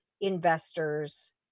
investors